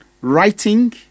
Writing